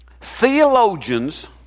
Theologians